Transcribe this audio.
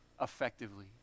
effectively